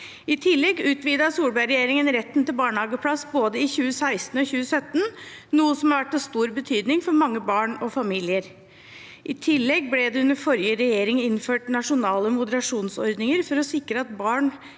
I tillegg utvidet Solberg-regjeringen retten til barnehageplass både i 2016 og i 2017, noe som har vært av stor betydning for mange barn og familier. Videre ble det under forrige regjering innført nasjonale moderasjonsordninger for å sikre at